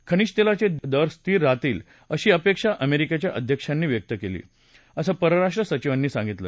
खनिज तेलाचे दर स्थिर राहतील अशी अपेक्षा अमेरिकेच्या अध्यक्षांनी व्यक्त केली असं परराष्टू सचिवांनी सांगितलं